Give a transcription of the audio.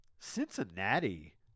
Cincinnati